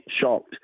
shocked